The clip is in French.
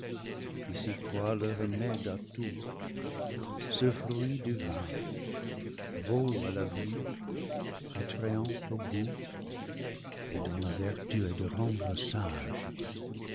ix remède à tout ce fruit divin beau à la vue attrayant au goût et dont la vertu est de rendre sage